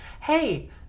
Hey